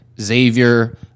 Xavier